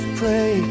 pray